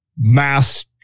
mass